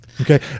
Okay